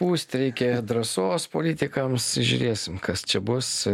pūsti reikia drąsos politikams žiūrėsim kas čia bus